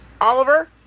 Oliver